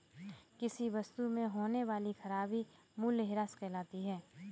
किसी वस्तु में होने वाली खराबी मूल्यह्रास कहलाती है